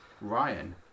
Ryan